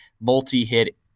multi-hit